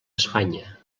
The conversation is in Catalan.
espanya